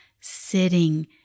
sitting